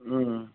ওম